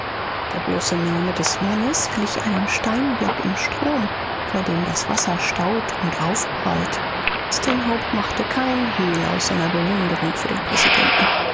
der bloße name des mannes glich einem steinblock im strom vor dem das wasser staut und aufprallt stanhope machte kein hehl aus seiner bewunderung für den präsidenten